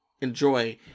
enjoy